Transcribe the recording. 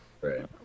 right